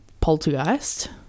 Poltergeist